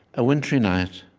a wintry night,